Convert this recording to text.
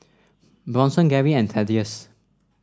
Bronson Garry and Thaddeus